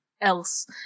else